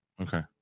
okay